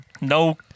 No